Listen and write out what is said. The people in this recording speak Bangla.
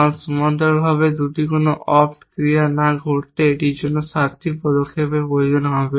কারণ সমান্তরালভাবে 2টি কোন অপ ক্রিয়া না ঘটতে এটির জন্য 7টি পদক্ষেপের প্রয়োজন হবে